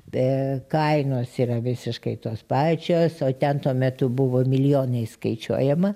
be kainos yra visiškai tos pačios o ten tuo metu buvo milijonais skaičiuojama